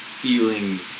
feelings